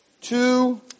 two